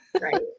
Right